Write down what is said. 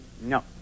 No